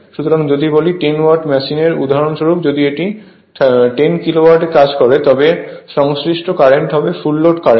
সুতরাং যদি বলি 10 ওয়াটের মেশিন উদাহরণস্বরূপ যদি এটি 10 কিলোওয়াটে কাজ করে তবে সংশ্লিষ্ট কারেন্ট হবে ফুল লোড কারেন্ট